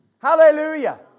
Hallelujah